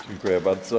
Dziękuję bardzo.